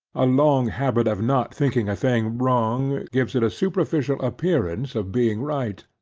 a long habit of not thinking a thing wrong, gives it a superficial appearance of being right,